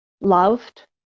loved